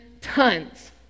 tons